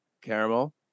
caramel